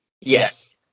Yes